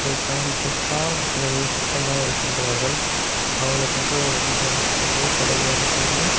அவர்கள் தான் இப்போ சார்ந்த பகுதியை சுத்தமாக வைத்திருக்கிறார்கள் அவர்களுக்கென்று ஒரு வீட்டை அமைத்துக்கொள்வது கடைகள் அமைத்துக்கொண்டு